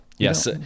Yes